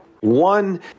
One